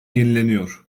yenileniyor